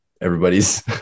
everybody's